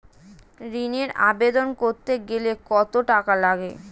ঋণের আবেদন করতে গেলে কত টাকা লাগে?